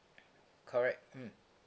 correct mm